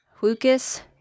Lucas